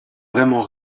vraiment